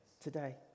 today